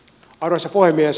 arvoisa puhemies